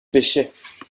pêchait